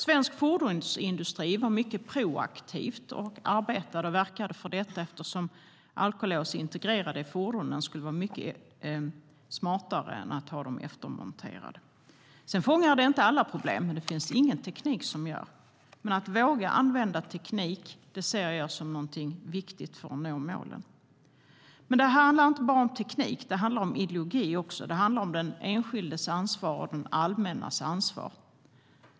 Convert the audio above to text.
Svensk fordonsindustri var mycket proaktiv och arbetade och verkade för detta eftersom alkolås integrerade i fordonen skulle vara mycket smartare än att ha dem eftermonterade. Alkolås fångar inte alla problem, men det finns det ingen teknik som gör. Men att våga använda teknik ser jag som något viktigt för att nå målen. Det handlar inte bara om teknik, utan det handlar också om ideologi och den enskildes och det allmännas ansvar.